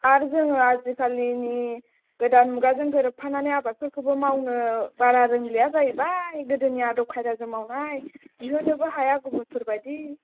आरो जोङो आजिखालिनि गोदान मुगाजों गोरोबफानानै आबादफोरखौबो मावनो बारा रोंलिया जाहैबाय गोदोनि आदब खायदाजों मावनाय दिहुननोबो हाया गुबुनफोर बायदि